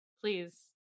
please